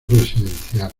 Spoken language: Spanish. residencial